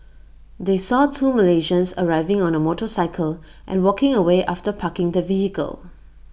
they saw two Malaysians arriving on A motorcycle and walking away after parking the vehicle